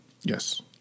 yes